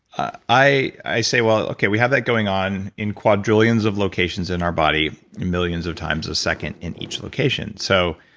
ah i i say, well, okay we have that going on in quadrillions of locations in our body millions of times a second in each location. so,